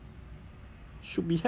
should be have leh